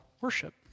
worship